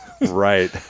right